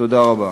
תודה רבה.